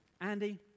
Andy